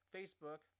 Facebook